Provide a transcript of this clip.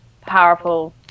powerful